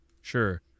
Sure